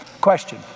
Question